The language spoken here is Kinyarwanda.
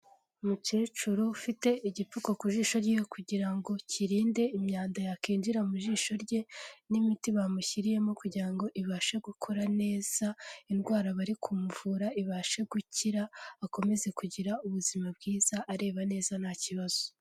Umukecuru ufite igipfuko ku jisho rye kugira ngo kirinde imyanda yakwinjira mu jisho rye, n'imiti bamushyiriyemo kugira ngo ibashe gukora neza, indwara bari kumuvura ibashe gukira akomeze kugira ubuzima bwiza areba neza nta kibazo.